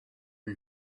and